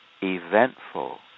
eventful